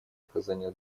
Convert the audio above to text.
оказание